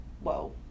whoa